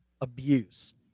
abuse